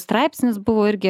straipsnis buvo irgi